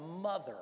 mother